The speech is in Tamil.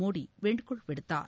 மோடி வேண்டுகோள் விடுத்தார்